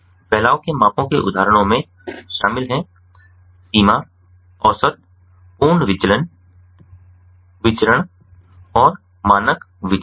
फैलाव के मापों के उदाहरणों में शामिल हैं सीमा औसत पूर्ण विचलन विचरण और मानक विचलन